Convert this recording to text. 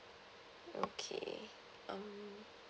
okay um